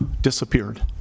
disappeared